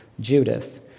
judas